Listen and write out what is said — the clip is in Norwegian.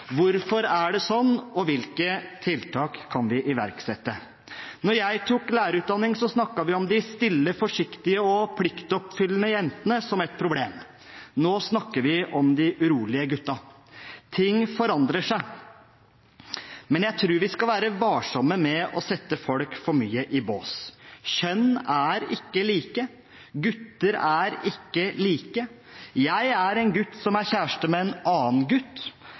Hvorfor er det sånn, og hvilke tiltak kan vi iverksette? Da jeg tok lærerutdanning, snakket vi om de stille, forsiktige og pliktoppfyllende jentene som et problem. Nå snakker vi om de urolige guttene. Ting forandrer seg, men jeg tror vi skal være varsomme med å sette folk for mye i bås. Kjønn er ikke like, gutter er ikke like: Jeg er en gutt som er kjæreste med en annen gutt,